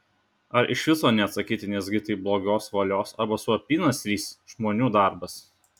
ar iš viso neatsakyti nesgi tai blogos valios arba su apynasriais žmonių darbas